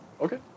Okay